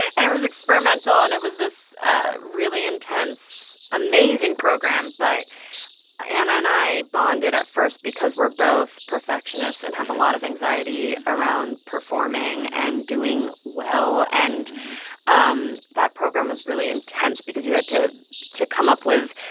and it was experimental, and it was this ah really intense, amazing program. but anna and i bonded at first because we're both perfectionists and have a lot of anxiety around performing and doing well. and um that program was really intense because you had to to come up with